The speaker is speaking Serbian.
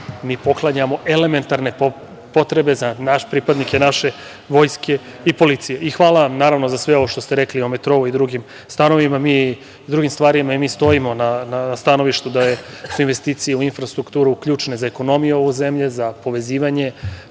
mi poklanjamo elementarne potrebe za pripadnike naše Vojske i policije. Hvala vam, naravno, za sve ovo što ste rekli o metrou i drugim stvarima. Mi stojimo na stanovištu da su investicije u infrastrukturu ključne za ekonomiju ove zemlje, za povezivanje